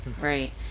Right